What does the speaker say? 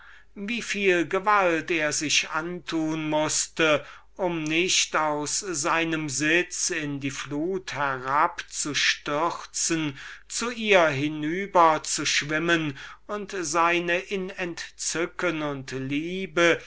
wie viel mühe er hatte um sich zu halten aus seinem sitz sich in das wasser herabzustürzen zu ihr hinüber zu schwimmen und seine in entzückung und liebe